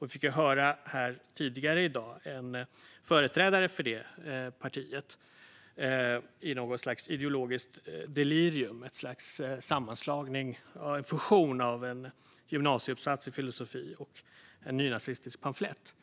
Vi fick här i dag höra en företrädare för det partiet i något slags ideologiskt delirium, ett slags fusion av en gymnasieuppsats i filosofi och en nynazistisk pamflett.